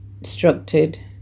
instructed